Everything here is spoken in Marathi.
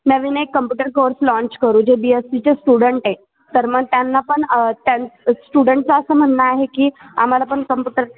नवीन एक कम्प्युटर कोर्स लाँच करू जे बी एस सीचे स्टुडंट आहे तर मग त्यांना पण त्यां स्टुडंटचं असं म्हणणं आहे की आम्हाला पण कंप्युटर